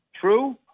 True